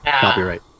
copyright